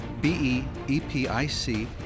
B-E-E-P-I-C